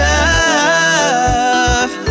Love